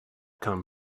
come